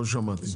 לא שמעתי.